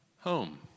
home